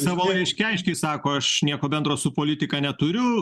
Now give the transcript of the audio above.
savo laiške aiškiai sako aš nieko bendro su politika neturiu